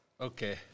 Okay